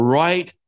right